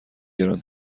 گران